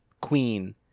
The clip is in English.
queen